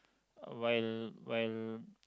while while